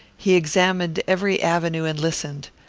he examined every avenue and listened.